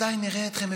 מתי נראה אתכם מפרגנים?